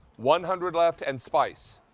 one hundred left and spice,